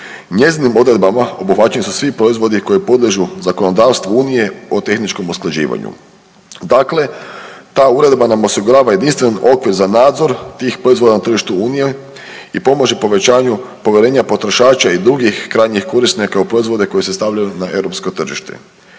Njezinim odredbama obuhvaćeni su svi proizvodi koji podliježu zakonodavstvu unije o tehničkom usklađivanju. Dakle, ta uredba nam osigurava jedinstven okvir za nadzor tih proizvoda na tržištu unije i pomaže povećanju povjerenja potrošača i drugih krajnjih korisnika u proizvode koji se stavljaju na europsko tržište.